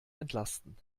entlasten